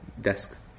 desk